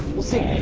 we'll see.